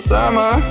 summer